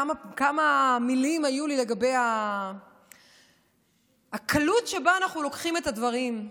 כמה מילים היו לי לגבי הקלות שבה אנחנו לוקחים את הדברים,